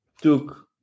took